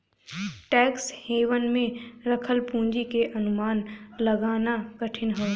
tax haven में रखल पूंजी क अनुमान लगाना कठिन हौ